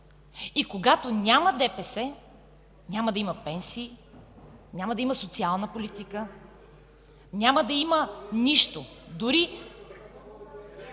И когато няма ДПС, няма да има пенсии, няма да има социална политика, няма да има нищо.